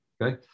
okay